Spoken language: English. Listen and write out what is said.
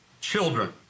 children